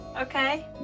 Okay